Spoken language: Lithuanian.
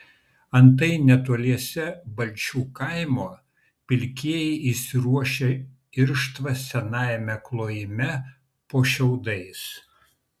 antai netoliese balčių kaimo pilkieji įsiruošę irštvą sename klojime po šiaudais